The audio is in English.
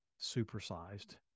supersized